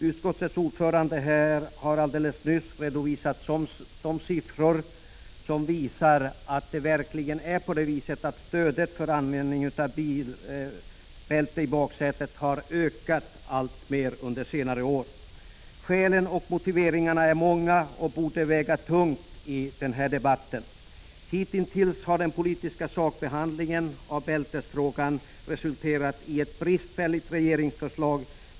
Utskottets ordförande har alldeles nyss redovisat siffror som verkligen visar att allt fler under senare år stödjer förslaget om användningen av bilbälte i baksätet. Skälen och motiveringarna är många och borde väga tungt i den här debatten. Hitintills har den politiska sakbehandlingen av bältesfrågan resulterat i ett bristfälligt regeringsförslag.